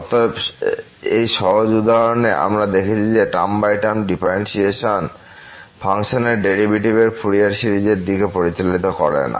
অতএব এই সহজ উদাহরণে আমরা দেখেছি যে টার্ম বাই টার্ম ডিফারেন্শিয়াশন ফাংশনের ডেরিভেটিভের ফুরিয়ার সিরিজের দিকে পরিচালিত করে না